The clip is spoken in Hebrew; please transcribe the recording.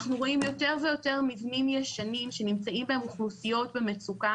אנחנו רואים יותר ויותר מבנים ישנים שנמצאים בהם אוכלוסיות במצוקה.